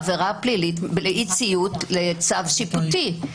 עבירה פלילית על אי ציות לצו שיפוטי,